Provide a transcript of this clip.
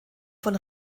von